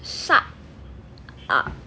shut up